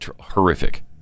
horrific